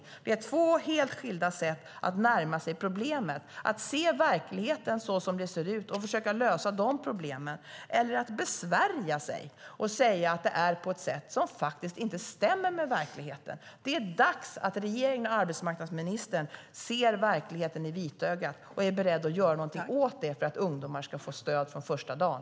Det handlar om två helt skilda sätt att närma sig problemet: att se verkligheten så som den ser ut och försöka lösa problemen, eller att svära sig fri och säga att det är på ett sätt som faktiskt inte stämmer med verkligheten. Det är dags att regeringen och arbetsmarknadsministern ser verkligheten i vitögat och är beredda att göra något åt detta för att ungdomar ska få stöd från första dagen.